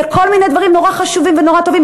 לכל מיני דברים נורא חשובים ונורא טובים,